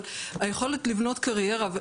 אבל היכולת לבנות קריירה,